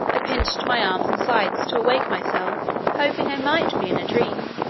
i pinched my arms and sides to awake myself, hoping i might be in a dream.